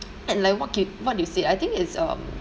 and like what can you what you said I think it's a